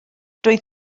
doedd